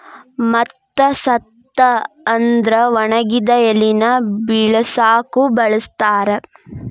ಮತ್ತ ಸತ್ತ ಅಂದ್ರ ಒಣಗಿದ ಎಲಿನ ಬಿಳಸಾಕು ಬಳಸ್ತಾರ